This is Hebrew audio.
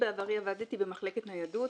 בעברי עבדתי במחלקת ניידות,